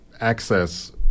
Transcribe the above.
access